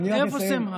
איפה שמחה?